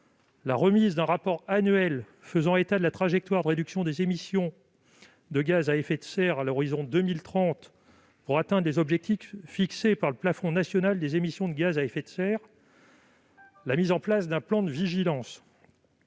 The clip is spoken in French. ; remise d'un rapport annuel faisant état de la trajectoire de réduction des émissions de gaz à effet de serre à l'horizon de 2030, pour atteindre les objectifs fixés par le plafond national des émissions de gaz à effet de serre ; enfin, mise en place d'un plan de vigilance.